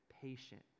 patient